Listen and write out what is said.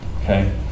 Okay